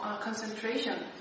concentration